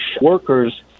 workers